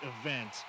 event